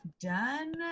done